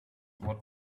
what